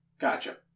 Gotcha